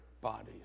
bodies